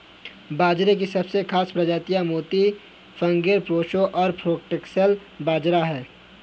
बाजरे की सबसे खास प्रजातियाँ मोती, फिंगर, प्रोसो और फोक्सटेल बाजरा है